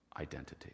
identity